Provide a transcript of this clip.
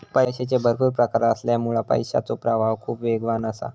पैशाचे भरपुर प्रकार असल्यामुळा पैशाचो प्रवाह खूप वेगवान असा